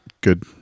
good